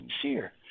sincere